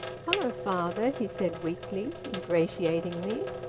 hello, father! he said weakly, ingratiatingly.